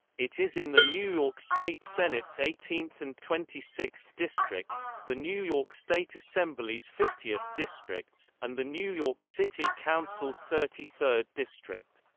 it is in the new york state senate's eighteenth and twenty sixth districts, the new york state assembly's fiftieth districts, and the new york city council's thirty third district.